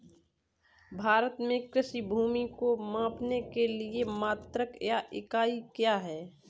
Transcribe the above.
भारत में कृषि भूमि को मापने के लिए मात्रक या इकाई क्या है?